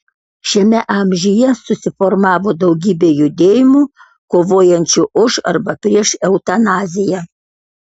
šiame amžiuje susiformavo daugybė judėjimų kovojančių už arba prieš eutanaziją